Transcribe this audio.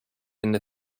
into